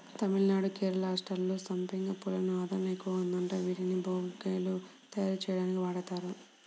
తమిళనాడు, కేరళ రాష్ట్రాల్లో సంపెంగ పూలకు ఆదరణ ఎక్కువగా ఉందంట, వీటిని బొకేలు తయ్యారుజెయ్యడానికి వాడతారు